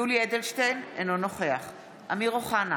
יולי יואל אדלשטיין, אינו נוכח אמיר אוחנה,